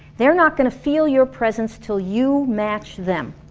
they're not gonna feel you're presence till you match them